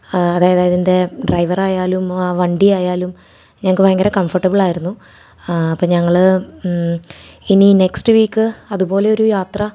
അതായതിന്റെ ഡ്രൈവറായാലും ആ വണ്ടിയായാലും ഞങ്ങൾക്ക് ഭയങ്കര കംഫട്ടബിളായിരുന്നു അപ്പം ഞങ്ങൾ ഇനി നെക്സ്റ്റ് വീക്ക് അതുപോലെയൊരു യാത്ര